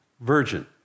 virgin